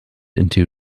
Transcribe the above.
into